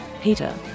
Peter